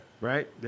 Right